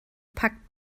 pakt